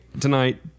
tonight